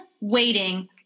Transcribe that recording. waiting